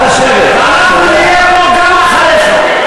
אנחנו נהיה פה גם אחריך,